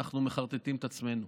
אנחנו מחרטטים את עצמנו.